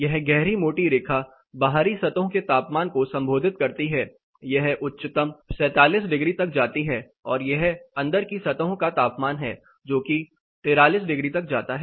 यह गहरी मोटी रेखा बाहरी सतहों के तापमानको संबोधित करती है यह उच्चतम 47 डिग्री तक जाती है और यह अंदर की सतहों का तापमान है जो कि 43 डिग्री तक जाता है